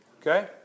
Okay